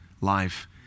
life